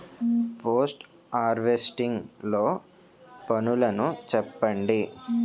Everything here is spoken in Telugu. పోస్ట్ హార్వెస్టింగ్ లో పనులను చెప్పండి?